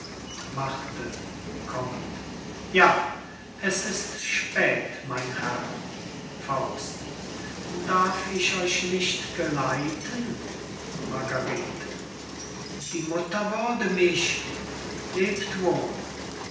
marthe kommt ja es ist spät mein herr darf ich euch nicht geleiten margarete die mutter würde mich lebt wohl